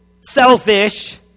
selfish